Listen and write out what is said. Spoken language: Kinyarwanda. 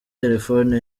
telephone